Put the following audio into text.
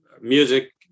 music